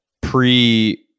pre